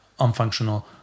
unfunctional